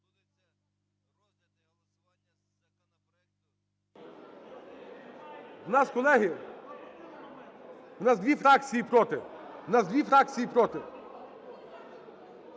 В нас, колеги, в нас дві фракції проти.